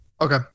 Okay